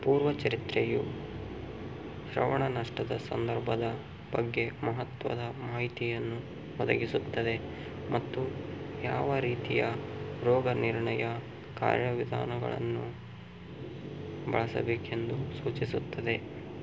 ಪೂರ್ವಚರಿತ್ರೆಯು ಶ್ರವಣ ನಷ್ಟದ ಸಂದರ್ಭದ ಬಗ್ಗೆ ಮಹತ್ವದ ಮಾಹಿತಿಯನ್ನು ಒದಗಿಸುತ್ತದೆ ಮತ್ತು ಯಾವ ರೀತಿಯ ರೋಗ ನಿರ್ಣಯ ಕಾರ್ಯವಿಧಾನಗಳನ್ನು ಬಳಸಬೇಕೆಂದು ಸೂಚಿಸುತ್ತದೆ